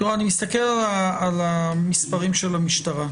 אני מסתכל על המספרים של המשטרה,